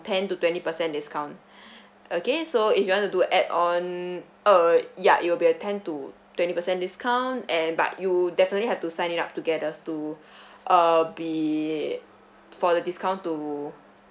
ten to twenty percent discount okay so if you want to do add on err ya it'll be a ten to twenty percent discount and but you definitely have to sign in up together to uh be for the discount to